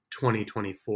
2024